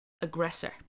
aggressor